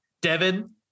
Devin